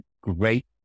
great